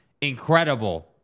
incredible